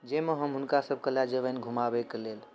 जाहिमे हम हुनका सभके लऽ जेबनि घुमाबैके लेल